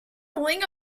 handling